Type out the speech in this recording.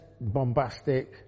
bombastic